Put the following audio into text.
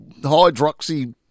hydroxy